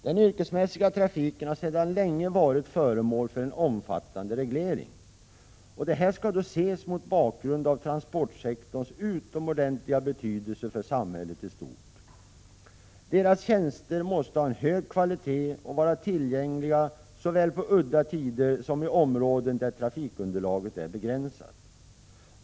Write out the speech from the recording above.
Den yrkesmässiga trafiken har sedan länge varit föremål för omfattande reglering. Denna reglering skall ses mot bakgrund av transportsektorns utomordentliga betydelse för samhället i stort. Transportföretagens tjänster måste ha en hög kvalitet och vara tillgängliga såväl på udda tider som i områden där trafikunderlaget är begränsat.